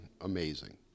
amazing